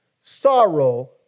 sorrow